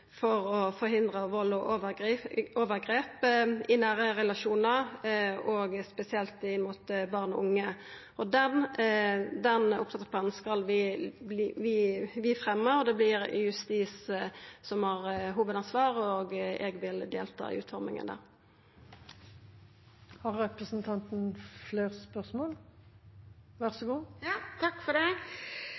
for å forhindra vald og overgrep i nære relasjonar og spesielt mot barn og unge. Den opptrappingsplanen skal vi fremja. Det vert justis som får hovudansvaret, og eg vil delta i utforminga. Det er godt at ny statsråd deler engasjementet. Jeg har fått med meg at man har varslet en handlingsplan. Det